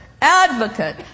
advocate